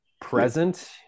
present